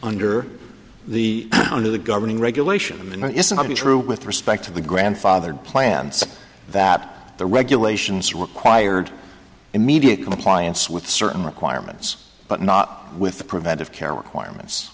under the under the governing regulation there isn't any true with respect to the grandfathered plants that the regulations required immediate compliance with certain requirements but not with the preventive care requirements